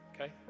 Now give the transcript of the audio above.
okay